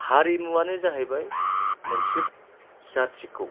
हारिमुआनो जाहैबाय मोनसे जाथिखौ